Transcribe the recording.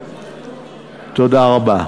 תודה רבה.